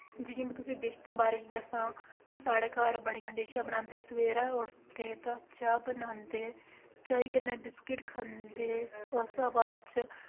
जियां में तुसें डिश दे बारे च दस्सां ते साढ़े घर बड़ियां डिशां बनांदे सवेरै उठदे तां चाऽ बनांदे चाई कन्नें बिस्किट खांदे उस्स शा बाद च